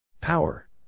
Power